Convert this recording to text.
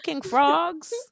frogs